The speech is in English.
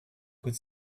could